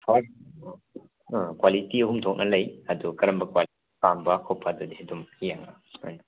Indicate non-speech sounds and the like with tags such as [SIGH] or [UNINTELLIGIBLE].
[UNINTELLIGIBLE] ꯑꯥ quality ꯑꯍꯨꯝ ꯊꯣꯛꯅ ꯂꯩ ꯑꯗꯣ ꯀꯔꯝꯕ ꯀ꯭ꯋꯥꯂꯤꯇꯤ ꯄꯥꯝꯕ ꯈꯣꯠꯄ ꯑꯗꯨꯗꯤ ꯑꯗꯨꯝ [UNINTELLIGIBLE]